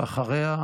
ואחריה,